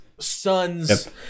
Sons